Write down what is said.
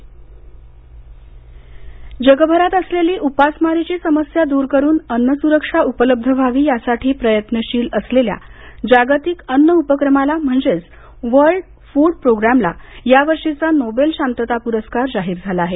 Nobel शांतता जगभरात असलेली उपासमारीची समस्या दूर करून अन्न सुरक्षा उपलब्ध व्हावी यासाठी प्रयत्नशील असलेल्या जागतिक अन्न उपक्रमाला म्हणजेच वर्ल्ड फूड प्रोग्रॅमला यावर्षीचा नोबेल शांतता पुरस्कार जाहीर झाला आहे